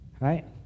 Right